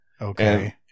okay